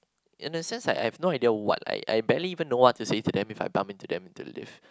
in the sense like I have no idea what like I barely even know what to say to them if I bump into them to the lift